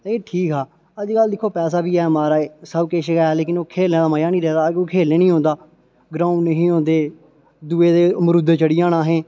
एह् ठीक हा अज्ज कल्ल दिक्खो पैसा बी ऐ महाराज सब केश ऐ लेकिन ओह् खेलने दा मजा नीं रेह्दा अज्ज कोई खेलने नीं औंदा ग्राउंड नेह् होंदे दूएं दे मरूदें चढ़ी जाना असें